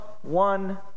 one